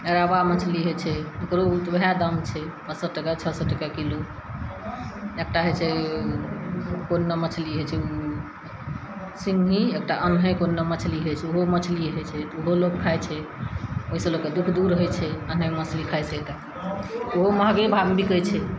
एराबा मछली हइ छै ओकरो तऽ ओहए दाम छै पाँच सए टका छओ सए टके किलो एकटा हइ छै कुन नाउ मछली होइ छै सिङ्गही एकटा एनहि कुनो मछली हइ छै ओहो मछली हइ छै तऽ ओहो लोक खाय छै ओहिसँ लोक कऽ दुःख दूर होइ छै आ नहि मछली खाय छै तऽ उहो महगे भावमे बिकै छै